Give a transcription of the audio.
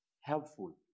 helpful